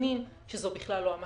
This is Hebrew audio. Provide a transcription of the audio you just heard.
מה הבעיה לתקן את החוק?